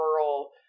rural